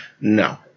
No